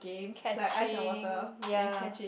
catching ya